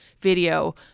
video